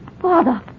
Father